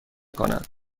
کند